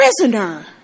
prisoner